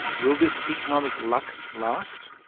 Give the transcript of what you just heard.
will this economic luck last?